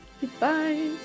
Goodbye